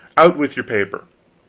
out with your paper.